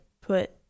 put